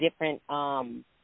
different